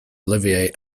olivier